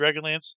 Dragonlance